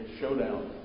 showdown